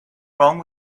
wrong